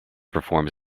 performs